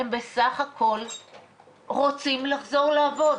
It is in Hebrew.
הם בסך הכול רוצים לחזור לעבוד,